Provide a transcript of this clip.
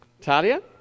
Talia